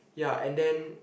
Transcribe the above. ya and then